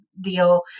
deal